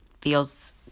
feels